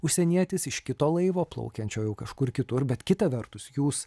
užsienietis iš kito laivo plaukiančio jau kažkur kitur bet kita vertus jūs